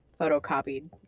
photocopied